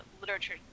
literature